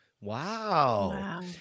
Wow